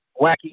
wacky